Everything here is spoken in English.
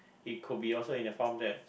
it could also in the form that